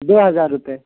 دو ہزار روپئے